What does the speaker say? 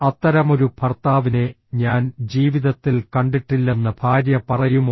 അത്തരമൊരു ഭർത്താവിനെ ഞാൻ ജീവിതത്തിൽ കണ്ടിട്ടില്ലെന്ന് ഭാര്യ പറയുമോ